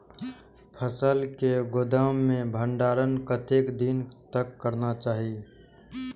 फसल के गोदाम में भंडारण कतेक दिन तक करना चाही?